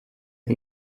che